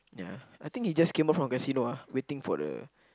ya I think he just came out from casino ah waiting for the